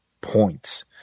points